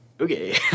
Okay